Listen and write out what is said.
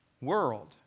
world